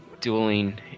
dueling